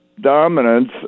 dominance